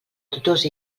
tutors